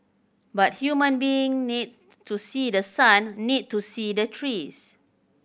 but human being need to see the sun need to see the trees